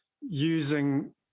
using